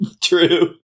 true